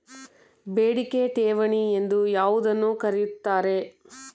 ಬೇಡಿಕೆ ಠೇವಣಿ ಎಂದು ಯಾವುದನ್ನು ಕರೆಯುತ್ತಾರೆ?